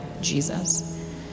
jesus